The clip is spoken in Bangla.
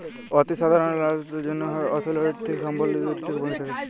অতি সাধারল মালুসের জ্যনহে অথ্থলৈতিক সাবলম্বীদের রিটেল ব্যাংক